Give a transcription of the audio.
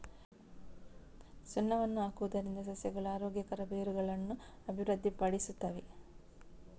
ಸುಣ್ಣವನ್ನು ಹಾಕುವುದರಿಂದ ಸಸ್ಯಗಳು ಆರೋಗ್ಯಕರ ಬೇರುಗಳನ್ನು ಅಭಿವೃದ್ಧಿಪಡಿಸುತ್ತವೆ